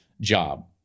job